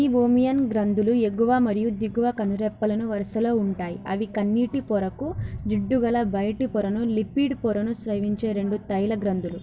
మీ బోమియన్ గ్రంథులు ఎగువ మరియు దిగువ కనురెప్పలను వరుసలో ఉంటాయి అవి కన్నీటి పొరకు జిడ్డుగల బయటి పొరను లిపిడ్ పొరను స్రవించే రెండు తైల గ్రంథులు